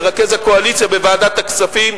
מרכז הקואליציה בוועדת הכספים,